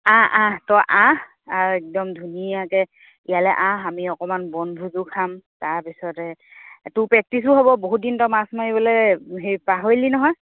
আহ আহ তই আহ আ একদম ধুনীয়াকৈ ইয়ালৈ আহ আমি অকণমান বনভোজো খাম তাৰপিছতে তোৰ প্ৰেক্টিছো হ'ব বহুত দিন তই মাছ মাৰিবলৈ হেৰি পাহৰিলি নহয়